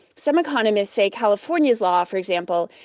some economists say california's law, for example,